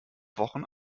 wochen